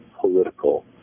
political